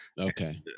Okay